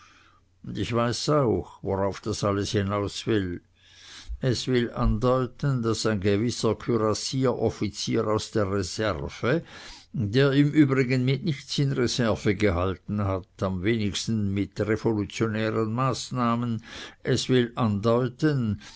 und ich weiß auch worauf das alles hinaus will es will andeuten daß ein gewisser kürassieroffizier aus der reserve der im übrigen mit nichts in reserve gehalten hat am wenigsten mit revolutionären maßnahmen es will andeuten